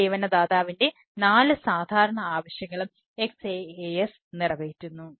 അതിനാൽ സേവന ദാതാവിന്റെ നാല് സാധാരണ ആവശ്യങ്ങളും XaaS നിറവേറ്റുന്നു